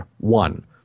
One